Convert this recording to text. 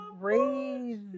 crazy